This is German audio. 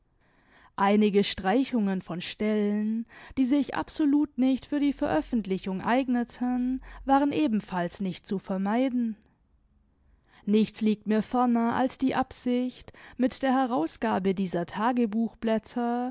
einige streichungen von stellen die sich absolut nicht für die veröffentlichung eigneten waren ebenfalls nicht zu vermeiden nichts liegt mir ferner als die absicht mit der herausgabe dieser